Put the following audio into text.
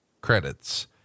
credits